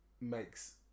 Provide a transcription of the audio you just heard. makes